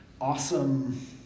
awesome